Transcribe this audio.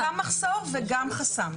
יש גם מחסור וגם חסם.